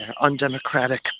undemocratic